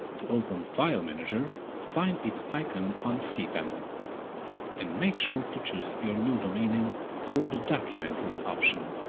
to open file manager, find its icon on so cpanel and make sure to choose your new domain name for the document root option.